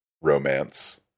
romance